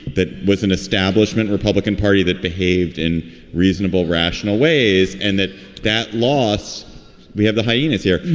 that was an establishment republican party that behaved in reasonable, rational ways and that that loss we have the hyena's here,